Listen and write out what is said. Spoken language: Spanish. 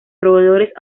roedores